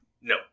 No